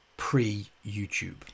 Pre-YouTube